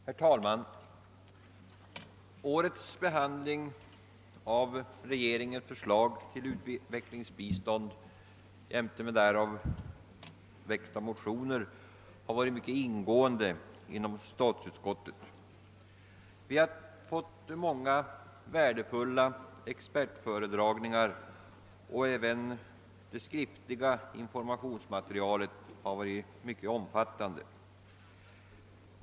Herr talman! Statsutskottets behandling av regeringens förslag till utvecklingsbistånd jämte de i anledning därav väckta motionerna har varit mycket ingående. Vi har fått många värdefulla expertföredragningar, och det skriftliga informationsmaterialet. har varit mycket omfattande.